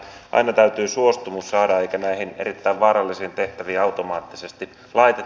aina täytyy suostumus saada eikä näihin erittäin vaarallisiin tehtäviin automaattisesti laiteta